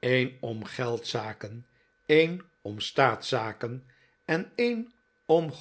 een om geldzaken een om staatszaken en een om